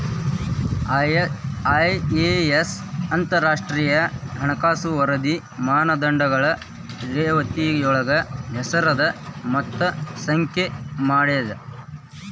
IAS ಅಂತರಾಷ್ಟ್ರೇಯ ಹಣಕಾಸು ವರದಿ ಮಾನದಂಡಗಳ ರೇತಿಯೊಳಗ ಹೆಸರದ ಮತ್ತ ಸಂಖ್ಯೆ ಮಾಡೇದ